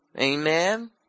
Amen